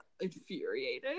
infuriating